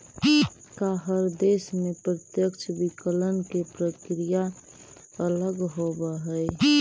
का हर देश में प्रत्यक्ष विकलन के प्रक्रिया अलग होवऽ हइ?